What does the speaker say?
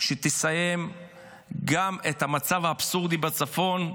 שתסיים גם את המצב האבסורדי בצפון,